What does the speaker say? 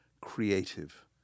creative